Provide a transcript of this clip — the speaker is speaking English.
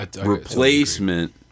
replacement